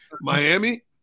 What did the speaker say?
Miami